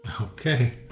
Okay